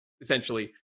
essentially